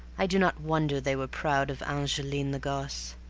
i do not wonder they were proud of angeline the gosse.